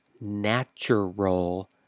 natural